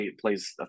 plays